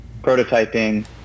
prototyping